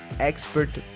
Expert